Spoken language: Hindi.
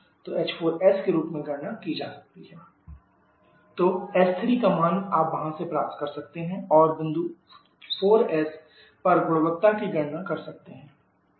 तो h4s के रूप में गणना की s3s4s तो s3 का मान आप यहां से प्राप्त कर सकते हैं और बिंदु 4s पर गुणवत्ता की गणना कर सकते हैं